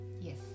Yes